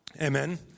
Amen